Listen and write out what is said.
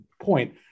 point